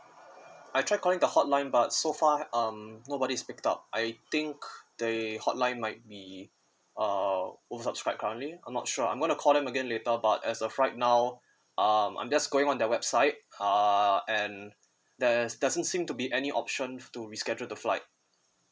I tried calling the hotline but so far um nobody speak out I think they hotline might be uh all subscribed currently I'm not sure I'm going to call them again later about as of right now um I'm just going on their website uh and there's doesn't seem to be any option to reschedule the flight